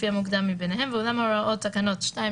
לפי המוקדם מביניהם; ואולם הוראות תקנות 2,